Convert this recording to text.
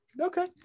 okay